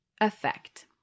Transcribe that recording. effect